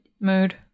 Mood